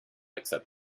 accept